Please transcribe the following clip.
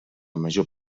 major